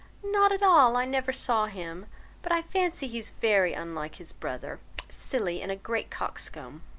not at all i never saw him but i fancy he is very unlike his brother silly and a great coxcomb.